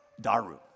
Daru